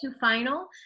final